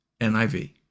NIV